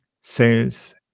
sales